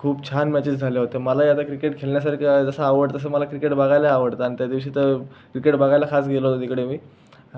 खूप छान मॅचेस झाल्या होत्या मलाही आता क्रिकेट खेळण्यासारख्या जसं आवडतं तसं मला क्रिकेट बघायलाही आवडतं आणि त्यादिवशी तर क्रिकेट बघायला खास गेलो होतो तिकडे मी